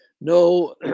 No